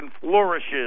flourishes